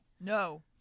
No